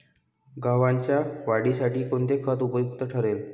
गव्हाच्या वाढीसाठी कोणते खत उपयुक्त ठरेल?